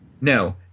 No